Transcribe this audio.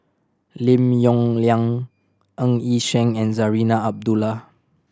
Lim Yong Liang Ng Yi Sheng and Zarinah Abdullah